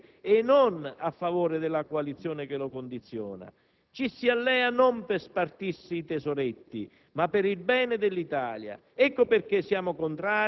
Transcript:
Questa nuova stagione politica che auspichiamo dovrebbe essere sorretta da una riforma elettorale di tipo tedesco, che consenta a ciascuna forza politica